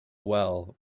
well